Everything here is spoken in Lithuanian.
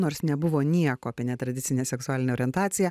nors nebuvo nieko apie netradicinę seksualinę orientaciją